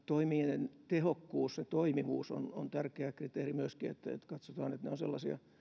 toimien tehokkuus ja toimivuus on on tärkeä kriteeri myöskin että että katsotaan että ne ovat sellaisia